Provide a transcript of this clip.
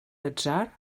atzar